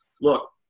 look